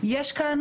יש כאן